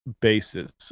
basis